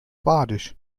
badisch